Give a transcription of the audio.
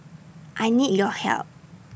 I need your help